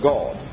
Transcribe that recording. God